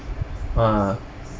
ah